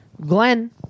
Glenn